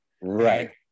Right